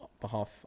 behalf